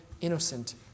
innocent